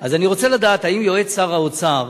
אז אני רוצה לדעת האם יועץ שר האוצר